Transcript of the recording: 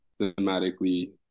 thematically